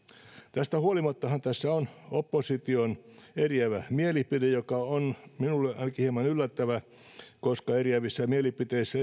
tästä huolimattahan tässä on opposition eriävä mielipide joka on minulle ainakin hieman yllättävä koska eriävissä mielipiteissä